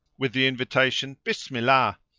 with the invitation bismillah!